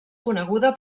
coneguda